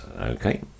okay